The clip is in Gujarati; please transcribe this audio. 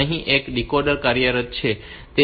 અહીં એક ડીકોડર કાર્યરત છે તે 7 4 1 3 8 ડીકોડર છે